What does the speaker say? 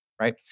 right